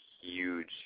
huge